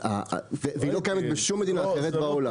ולא קיימת בשום מדינה אחרת בעולם